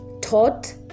taught